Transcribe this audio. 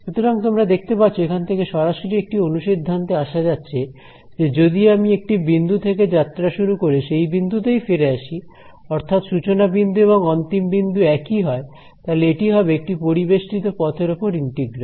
সুতরাং তোমরা দেখতে পাচ্ছ এখান থেকে সরাসরি একটি অনুসিদ্ধান্তে আসা যাচ্ছে যে যদি আমি একটি বিন্দু থেকে যাত্রা শুরু করে সেই বিন্দুতেই ফিরে আসি অর্থাৎ সূচনা বিন্দু এবং অন্তিম বিন্দু একই হয় তাহলে এটি হবে একটি পরিবেষ্টিত পথের ওপর ইন্টিগ্রাল